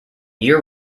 year